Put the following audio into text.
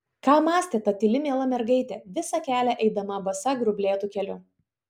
ką mąstė ta tyli miela mergaitė visą kelią eidama basa grublėtu keliu